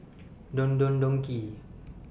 Don Don Donki